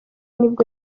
nibwo